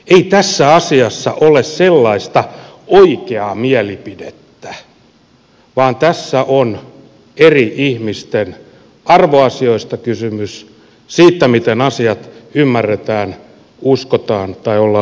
ei tässä asiassa ole sellaista oikeaa mielipidettä vaan tässä on eri ihmisten arvoasioista kysymys siitä miten asiat ymmärretään uskotaan tai ollaan uskomatta